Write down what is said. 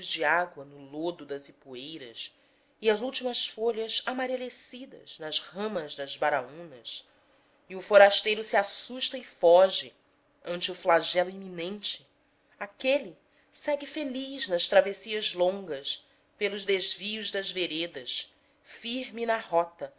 de água no lodo das ipueiras e as últimas folhas amareladas nas ramas das baraúnas e o forasteiro se assusta e foge ante o flagelo iminente aquele segue feliz nas travessias longas pelos desvios das veredas firme na rota